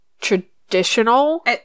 traditional